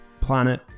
planet